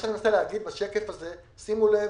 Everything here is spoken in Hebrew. שאני מנסה להגיד בשקף הזה, שימו לב,